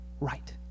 right